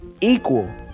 equal